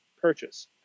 purchase